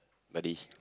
buddy